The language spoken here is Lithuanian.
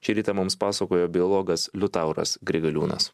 šį rytą mums pasakojo biologas liutauras grigaliūnas